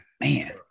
man